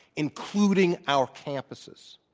including our campuses.